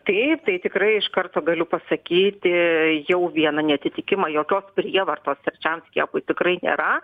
taip tai tikrai iš karto galiu pasakyti jau vieną neatitikimą jokios prievartos trečiam skiepui tikrai nėra